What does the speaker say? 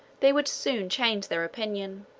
they would soon change their opinion.